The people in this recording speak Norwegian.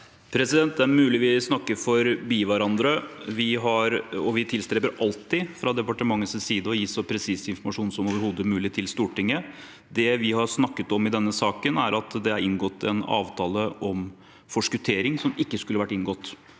Det er mulig vi snakker forbi hverandre. Vi tilstreber fra departementets side alltid å gi så presis informasjon som overhodet mulig til Stortinget. Det vi har snakket om i denne saken, er at det er inngått en avtale om forskuttering som ikke skulle vært inngått.